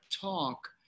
talk